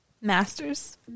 masters